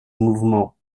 mouvement